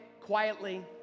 quietly